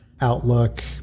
outlook